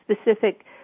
specific